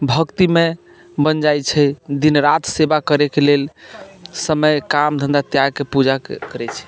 भक्तिमय बनि जाइत छै दिन राति सेवा करैके लेल समय काम धन्धा त्यागके पूजा करैत छी